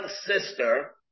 sister